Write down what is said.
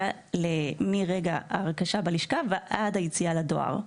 מרגע ההרכשה בלשכה ועד היציאה לדואר.